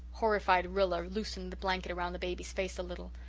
horrified rilla loosened the blanket round the baby's face a little.